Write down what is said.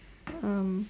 um